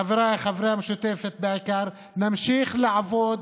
חבריי חברי המשותפת בעיקר, נמשיך לעבוד